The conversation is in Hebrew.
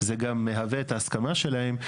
זה גם מהווה את ההסכמה שלהם,